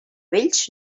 vells